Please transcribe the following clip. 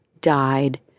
died